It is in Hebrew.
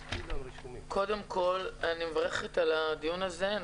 קודם כל, אני מברכת על הדיון הזה.